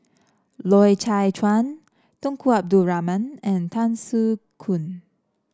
Loy Chye Chuan Tunku Abdul Rahman and Tan Soo Khoon